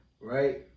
right